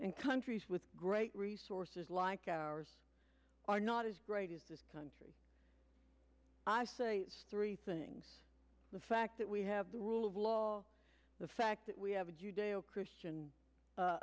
and countries with great resources like ours are not as great as this country i say three things the fact that we have the rule of law the fact that we have a judeo christian